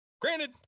granted